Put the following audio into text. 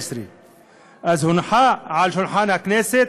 2015. אז הונחה על שולחן הכנסת